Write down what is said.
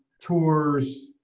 tours